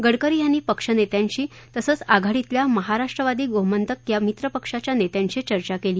गडकरी यांनी पक्षनेत्यांशी तसंच आघाडीतल्या महाराष्ट्रवादी गोमांतक या मित्रपक्षाच्या नेत्यांशी चर्चा केली